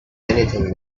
anything